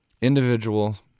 Individuals